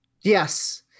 Yes